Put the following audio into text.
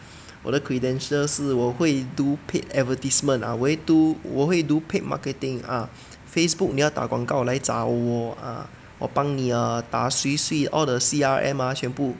我的 credentials 是我会 do paid advertisement ah 我会我会 do paid marketing ah Facebook 你要打广告来找我 ah 我帮你打 swee swee all the C_R_M lah 全部